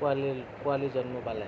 পোৱালি পোৱালি জন্ম পালে